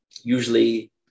Usually